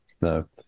no